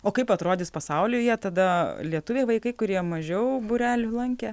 o kaip atrodys pasauliui jie tada lietuviai vaikai kurie mažiau būrelį lankė